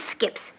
skips